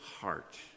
heart